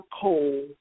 coal